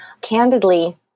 candidly